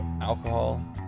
alcohol